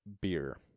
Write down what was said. beer